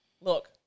look